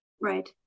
Right